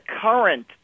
current